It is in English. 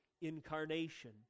incarnation